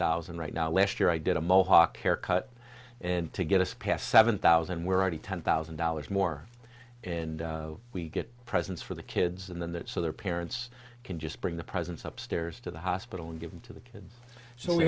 thousand right now last year i did a mohawk haircut and to get us past seven thousand we're already ten thousand dollars more and we get presents for the kids and then that so their parents can just bring the presents up stairs to the hospital and give to the kid so we